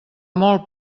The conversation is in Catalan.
molt